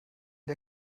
der